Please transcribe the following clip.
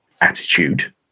attitude